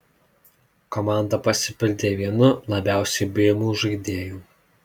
komanda pasipildė vienu labiausiai bijomų žaidėjų